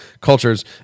cultures